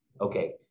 okay